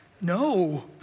No